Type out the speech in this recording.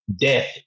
Death